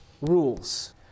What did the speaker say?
rules